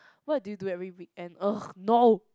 what do you do every weekend !ugh! no